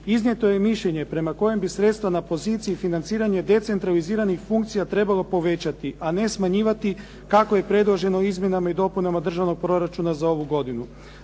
iznijeto je mišljenje prema kojem bi sredstva na poziciji financiranja decentraliziranih funkcija trebalo povećati, a ne smanjivati kako je predloženo izmjenama i dopuna državnog proračuna za ovu godinu.